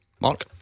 Mark